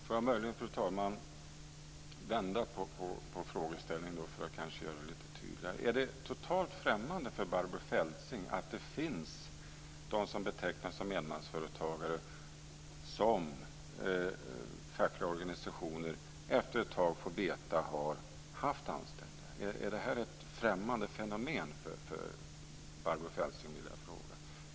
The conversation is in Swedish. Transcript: Fru talman! Får jag möjligen vända på frågeställningen för att kanske göra det hela lite tydligare: Är det totalt främmande för Barbro Feltzing att det finns sådana som betecknas som enmansföretagare, och att de fackliga organisationerna efter ett tag får veta att de har haft anställda? Är det ett främmande fenomen för Barbro Feltzing?